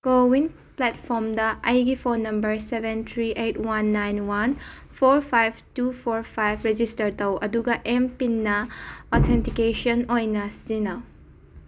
CoWIN ꯄ꯭ꯂꯦꯠꯐꯣꯝꯗ ꯑꯩꯒꯤ phone number seven three eight one nine one four five two four five register ꯇꯧ ꯑꯗꯨꯒ M ꯄꯤꯟꯅ authentication ꯑꯣꯏꯅ ꯁꯤꯖꯤꯟꯅꯧ